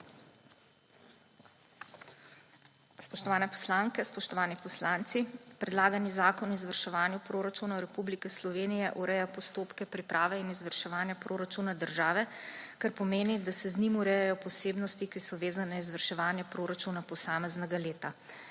Spoštovane poslanke, spoštovani poslanci! Predlagani zakon o izvrševanju proračunov Republike Slovenije ureja postopke priprave in izvrševanja proračuna države, kar pomeni, da se z njim urejajo posebnosti, ki so vezane na izvrševanje proračuna posameznega leta.